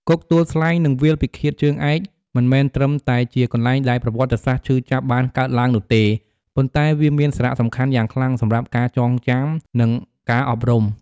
គុកទួលស្លែង និងវាលពិឃាតជើងឯក មិនមែនត្រឹមតែជាកន្លែងដែលប្រវត្តិសាស្ត្រឈឺចាប់បានកើតឡើងនោះទេ ប៉ុន្តែវាមានសារៈសំខាន់យ៉ាងខ្លាំងសម្រាប់ការចងចាំ និងការអប់រំ។